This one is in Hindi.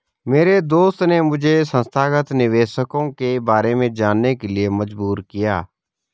मेरे दोस्त ने मुझे संस्थागत निवेशकों के बारे में जानने के लिए मजबूर किया